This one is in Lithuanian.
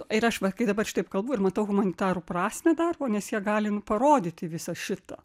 ir aš va kai dabar šitaip kalbu ir matau humanitarų prasmę darbo nes jie gali nu parodyti visą šitą